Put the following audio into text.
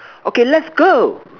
okay let's go